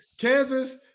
Kansas